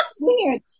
Weird